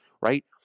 right